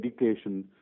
education